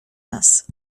nas